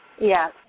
Yes